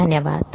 धन्यवाद